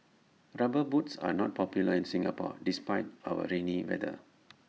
rubber boots are not popular in Singapore despite our rainy weather